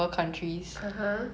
(uh huh)